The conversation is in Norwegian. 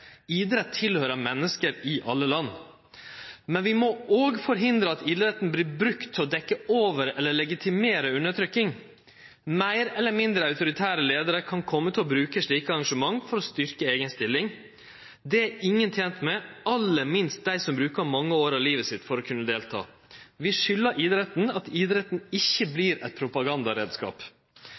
menneske i alle land. Men vi må forhindre at idretten vert brukt til å dekkje over eller legitimere undertrykking. Meir eller mindre autoritære leiarar kan kome til å bruke slike arrangement for å styrkje eigen stilling. Det er ingen tent med, aller minst dei som bruker mange år av livet sitt for å kunne delta. Vi skulder idretten at idretten ikkje